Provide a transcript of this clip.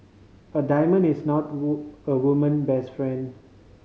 a diamond is not a a woman best friend